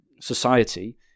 society